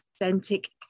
authentic